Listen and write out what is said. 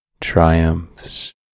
triumphs